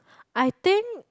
I think